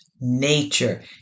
nature